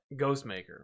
Ghostmaker